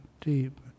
deep